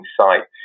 sites